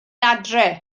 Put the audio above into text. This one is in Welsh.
adref